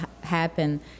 happen